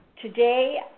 Today